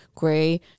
gray